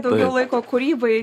daugiau laiko kūrybai